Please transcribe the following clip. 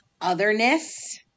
otherness